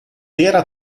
era